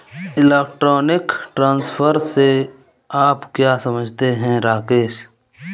Electronic transfer से आप क्या समझते हैं, राकेश?